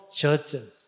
churches